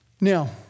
Now